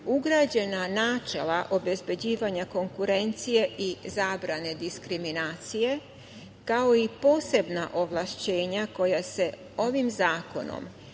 ugrađena načela obezbeđivanja konkurencije i zabrane diskriminacije, kao i posebna ovlašćenja koja se ovim zakonom